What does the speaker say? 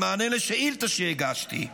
במענה לשאילתה שהגשתי,